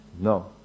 no